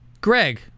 Greg